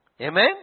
Amen